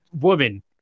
woman